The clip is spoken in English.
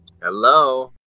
hello